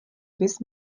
bys